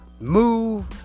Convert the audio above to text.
move